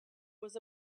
was